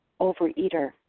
overeater